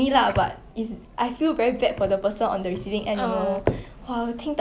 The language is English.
it's like you know like I learnt 在那个 bio class 的 lah